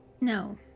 No